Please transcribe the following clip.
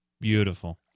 beautiful